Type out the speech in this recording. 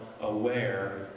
aware